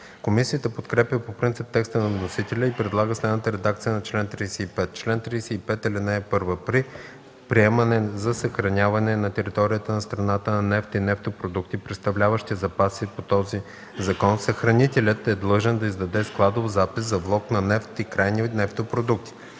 Комисията подкрепя по принцип текста на вносителя и предлага следната редакция на чл. 35: „Чл. 35. (1) При приемане за съхраняване на територията на страната на нефт и нефтопродукти, представляващи запаси по този закон, съхранителят е длъжен да издаде складов запис за влог на нефт и крайни нефтопродукти.